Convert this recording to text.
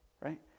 right